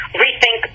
rethink